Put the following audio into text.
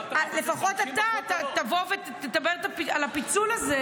אבל לפחות אתה תבוא ותדבר על הפיצול הזה,